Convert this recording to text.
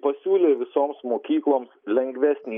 pasiūlė visoms mokykloms lengvesnį